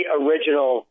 original